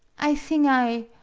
i thing i